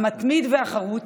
המתמיד והחרוץ,